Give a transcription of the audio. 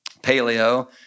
paleo